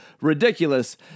ridiculous